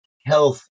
health